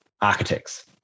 architects